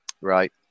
right